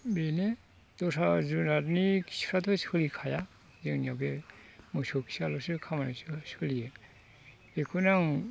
बेनो दस्रा जुनादनि खिफ्राथ' सोलिखाया जोंनियाव बे मोसौ खियाल'सो खामानियाव सोलियो बेखौनो आं